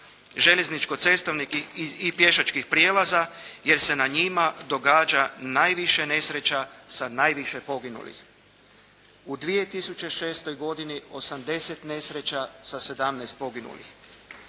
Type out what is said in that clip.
željezničko-cestovnih i pješačkih prijelaza jer se na njima događa najviše nesreća sa najviše poginulih. U 2006. godini 80 nesreća sa 17 poginulih.